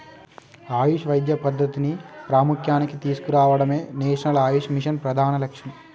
ఆయుష్ వైద్య పద్ధతిని ప్రాముఖ్య్యానికి తీసుకురావడమే నేషనల్ ఆయుష్ మిషన్ ప్రధాన లక్ష్యం